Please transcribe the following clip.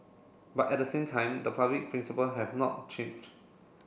but at the same time the public principle have not changed